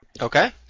Okay